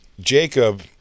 Jacob